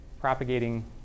propagating